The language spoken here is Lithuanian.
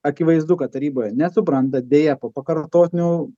akivaizdu kad taryboje nesupranta deja po pakartotinių